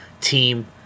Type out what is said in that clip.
Team